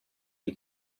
die